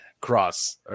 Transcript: cross